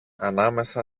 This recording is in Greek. ανάμεσα